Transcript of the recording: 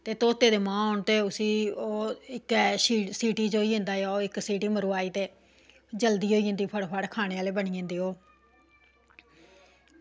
ते धोते दे मांह् होन ते उसी ओह् इक्क सीटी च होई जंदा उसी इक सीटी मरवाई ते जल्दी बनी जंदी ओह् ते फटाफट खाने आह्ले बनी जंदे